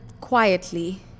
quietly